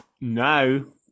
No